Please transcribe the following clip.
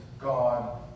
God